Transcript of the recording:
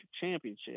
championship